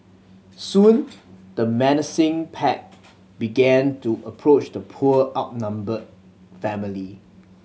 soon the menacing pack began to approach the poor outnumbered family